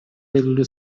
белгилүү